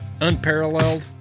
unparalleled